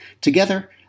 together